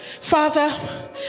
father